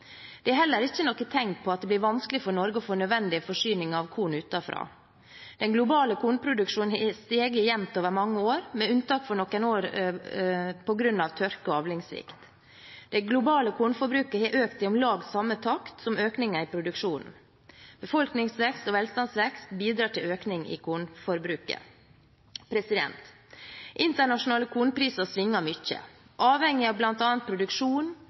Det er heller ikke noen tegn på at det blir vanskelig for Norge å få nødvendige forsyninger av korn utenfra. Den globale kornproduksjonen har steget jevnt over mange år, med unntak for noen år på grunn av tørke og avlingssvikt. Det globale kornforbruket har økt i om lag samme takt som økningen i produksjonen. Befolkningsvekst og velstandsvekst bidrar til økning i kornforbruket. Internasjonale kornpriser svinger mye, avhengig av bl.a. produksjon,